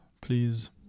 please